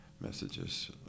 messages